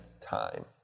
time